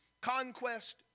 conquest